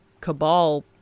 cabal